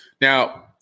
Now